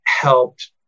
helped